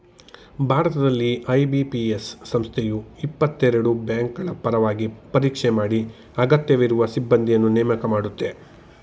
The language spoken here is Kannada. ಭಾರತದಲ್ಲಿ ಐ.ಬಿ.ಪಿ.ಎಸ್ ಸಂಸ್ಥೆಯು ಇಪ್ಪತ್ತಎರಡು ಬ್ಯಾಂಕ್ಗಳಪರವಾಗಿ ಪರೀಕ್ಷೆ ಮಾಡಿ ಅಗತ್ಯವಿರುವ ಸಿಬ್ಬಂದಿನ್ನ ನೇಮಕ ಮಾಡುತ್ತೆ